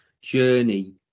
journey